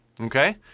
okay